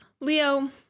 Leo